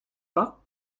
pas